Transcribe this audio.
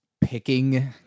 picking